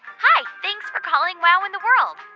hi. thanks for calling wow in the world.